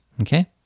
okay